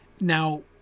Now